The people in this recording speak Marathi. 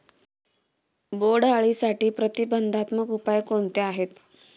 बोंडअळीसाठी प्रतिबंधात्मक उपाय कोणते आहेत?